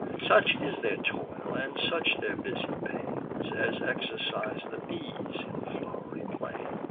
such is their toil, and such their busy pains, as exercise the bees in flow'ry plains,